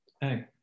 Hey